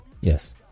Yes